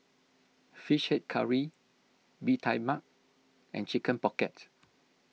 Fish Head Curry Bee Tai Mak and Chicken Pocket